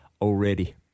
already